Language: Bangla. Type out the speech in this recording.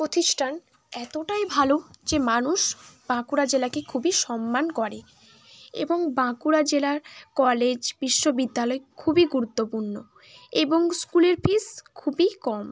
প্রতিষ্ঠান এতোটাই ভালো যে মানুষ বাঁকুড়া জেলাকে খুবই সম্মান করে এবং বাঁকুড়া জেলার কলেজ বিশ্ববিদ্যালয় খুবই গুরুত্বপূর্ণ এবং স্কুলের ফিস খুবই কম